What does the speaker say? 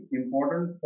important